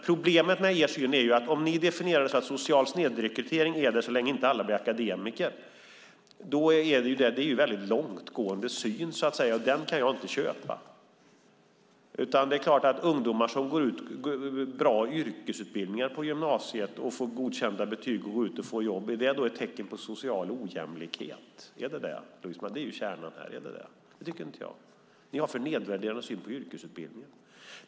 Problemet med er syn är att ni anser att det är fråga om social snedrekrytering så länge alla inte blir akademiker. Det är en väldigt långtgående syn, och den kan jag inte köpa. Ungdomar som går bra yrkesutbildningar på gymnasiet, får godkända betyg och sedan jobb, är det ett tecken på social ojämlikhet, Louise Malmström? Jag tycker inte det. Ni har en alldeles för nedvärderande syn på yrkesutbildningar.